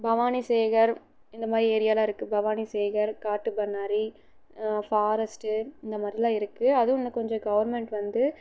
பவானி சாகர் இந்த மாதிரி ஏரியால்லாம் இருக்குது பவானி சாகர் காட்டு பண்ணாரி ஃபாரஸ்ட் இந்த மாதிரிலாம் இருக்குது அதுவும் இன்னும் கொஞ்சம் கவர்மெண்ட் வந்து